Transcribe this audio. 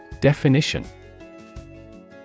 Definition